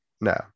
No